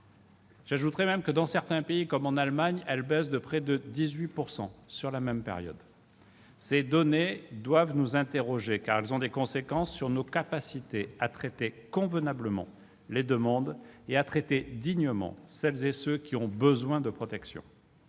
fortement dans certains pays : en Allemagne, la baisse est de 18 % sur la même période. Ces données doivent nous conduire à nous interroger, car elles ont des conséquences sur nos capacités à instruire convenablement les demandes et à traiter dignement celles et ceux qui ont besoin de protection.